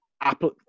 apple